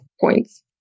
points